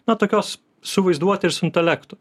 na tokios su vaizduote ir su intelektu